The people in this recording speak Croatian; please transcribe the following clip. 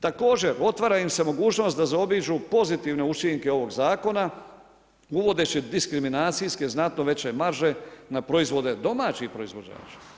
Također, otvara im se mogućnost da zaobiđu pozitivne učinke ovog zakona, uvodeći diskriminacijske znatno veće marže na proizvode domaćih proizvođača.